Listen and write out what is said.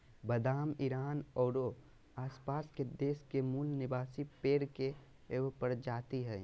बादाम ईरान औरो आसपास के देश के मूल निवासी पेड़ के एगो प्रजाति हइ